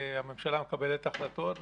הממשלה מקבלת החלטות,